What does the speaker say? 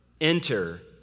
enter